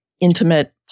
intimate